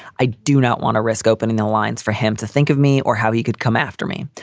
i do not want to risk opening the lines for him to think of me or how he could come after me.